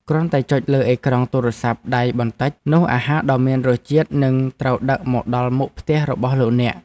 គ្រាន់តែចុចលើអេក្រង់ទូរស័ព្ទដៃបន្តិចនោះអាហារដ៏មានរសជាតិនឹងត្រូវដឹកមកដល់មុខផ្ទះរបស់លោកអ្នក។